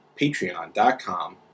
patreon.com